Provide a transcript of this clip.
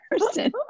person